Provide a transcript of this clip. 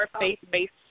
faith-based